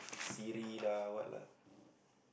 Siri lah what lah